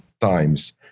times